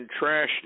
trashed